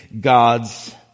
God's